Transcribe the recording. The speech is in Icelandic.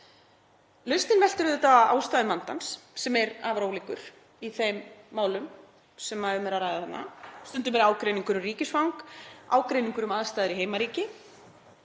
Lausnin veltur auðvitað á ástæðum vandans sem er afar ólíkur í þeim málum sem um er að ræða þarna, stundum er ágreiningur um ríkisfang eða ágreiningur um aðstæður í heimaríki.